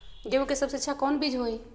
गेंहू के सबसे अच्छा कौन बीज होई?